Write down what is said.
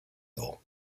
though